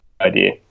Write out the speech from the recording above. idea